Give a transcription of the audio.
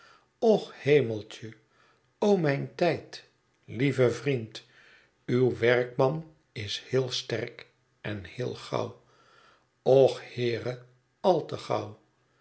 och hemeltje o mijn tijd lieve vriend uw werkman is heel sterk en heel gauw och heere al te gauw